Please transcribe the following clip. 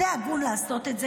זה הגון לעשות את זה,